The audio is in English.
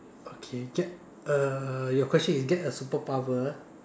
okay get uh your question is get a superpower